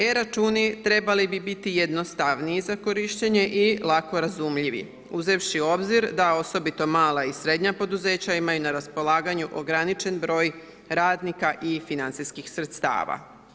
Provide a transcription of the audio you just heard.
E računi trebali bi biti jednostavniji za korištenje i lako razumljivi, uzevši u obzir da osobito mala i srednja poduzeća imaju na raspolaganju ograničen broj radnika i financijskih sredstava.